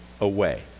away